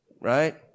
Right